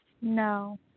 No